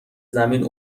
زمین